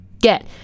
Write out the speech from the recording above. get